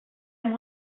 amb